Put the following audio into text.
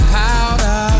powder